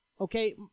Okay